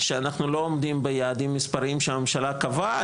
שאנחנו לא עומדים ביעדים מספריים שהממשלה קבעה.